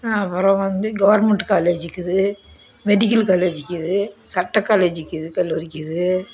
அப்புறம் வந்து கவர்மெண்ட்டு காலேஜ்க்குது மெடிக்கல் காலேஜ்க்குது சட்ட காலேஜ்க்குது கல்லூரிக்குது